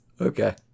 Okay